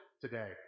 today